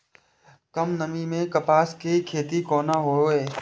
कम नमी मैं कपास के खेती कोना हुऐ?